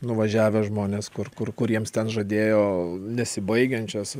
nuvažiavę žmonės kur kur kur jiems ten žadėjo nesibaigiančias